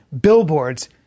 billboards